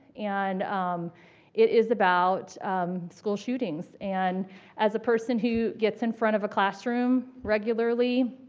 and it is about school shootings. and as a person who gets in front of a classroom regularly,